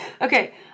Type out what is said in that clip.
Okay